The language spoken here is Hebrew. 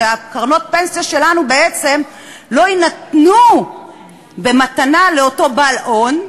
שקרנות הפנסיה שלנו בעצם לא יינתנו במתנה לאותו בעל הון,